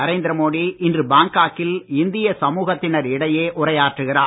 நரேந்திரமோடி இன்று பாங்காக்கில் இந்திய சமூகத்தினர் இடையே உரையாற்றுகிறார்